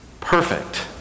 perfect